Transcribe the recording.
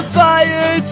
fire